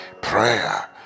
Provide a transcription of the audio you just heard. prayer